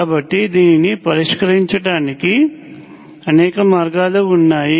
కాబట్టి దీనిని పరిష్కరించటానికి అనేక మార్గాలు ఉన్నాయి